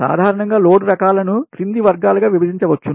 సాధారణంగా లోడ్ రకాలను క్రింది వర్గాలుగా విభజించవచ్చు